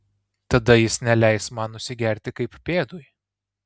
tada jis neleis man nusigerti kaip pėdui